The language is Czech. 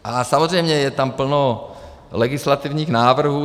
A samozřejmě je tam plno legislativních návrhů.